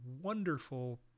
wonderful